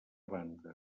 banda